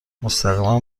مستقیما